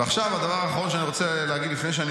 הדבר האחרון שאני רוצה להגיד לפני שאני